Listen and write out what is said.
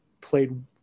played